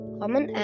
common